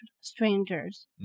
strangers